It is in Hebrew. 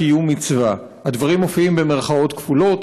קיום מצווה" הדברים מופיעים במירכאות כפולות,